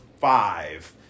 five